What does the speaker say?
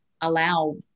allow